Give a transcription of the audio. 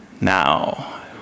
Now